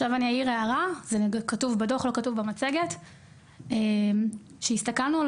אוסיף דבר שכתוב בדוח אך אינו מופיע במצגת: כשהסתכלנו על